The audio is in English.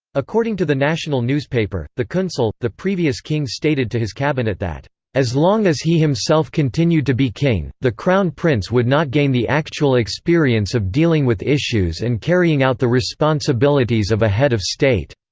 according to the national newspaper, the kuensel, the previous king stated to his cabinet that as long as he himself continued to be king, the crown prince would not gain the actual experience of dealing with issues and carrying out the responsibilities of a head of state.